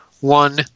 one